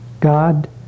God